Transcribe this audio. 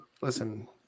listen